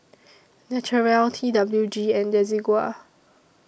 Naturel T W G and Desigual